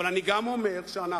אבל אני גם אומר שאנחנו,